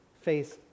face